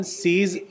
sees